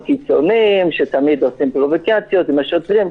קיצוניים שתמיד עושים פרובוקציות עם השוטרים.